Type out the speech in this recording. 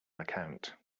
account